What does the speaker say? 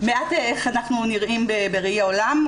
אנחנו נראים בראי העולם.